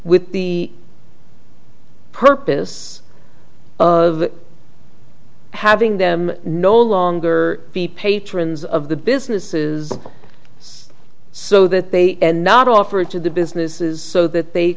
with the purpose of having them no longer the patrons of the businesses so that they and not offered to the businesses so that they